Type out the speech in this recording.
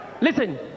Listen